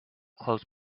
close